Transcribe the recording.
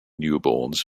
newborns